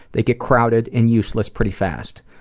they get crowded and useless pretty fast.